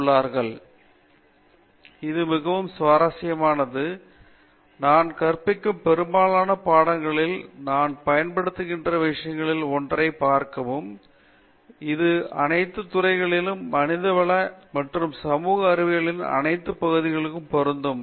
பேராசிரியர் ராஜேஷ் குமார் இது மிகவும் சுவாரஸ்யமானது நான் கற்பிக்கும் பெரும்பாலான பாடங்களில் நான் பயன்படுத்துகின்ற விஷயங்களில் ஒன்றைப் பார்க்கவும் இது அனைத்து துறைகளிலும் மனிதவள மற்றும் சமூக அறிவியல்களின் அனைத்து பகுதிகளுக்கும் பொருந்தும்